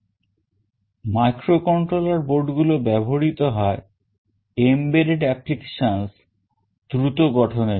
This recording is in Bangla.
Microcontroller board গুলো ব্যবহৃত হয় embedded applications দ্রুত গঠনের জন্য